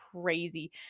crazy